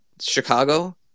Chicago